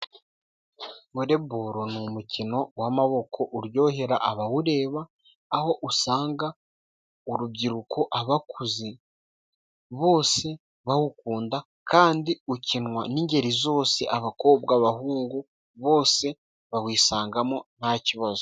Volebolo ni umukino w'amaboko uryohera abawureba, aho usanga urubyiruko, abakuze bose bawukunda, kandi ukinwa n'ingeri zose, abakobwa, abahungu, bose bawisangamo nta kibazo.